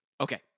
okay